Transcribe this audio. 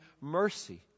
mercy